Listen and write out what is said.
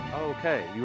Okay